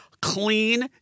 clean